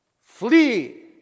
Flee